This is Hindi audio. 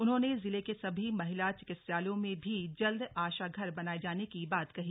उन्होंने जिले के सभी महिला चिकित्सालयों में भी जल्द आशा घर बनाये जाने की बात कही